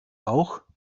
auch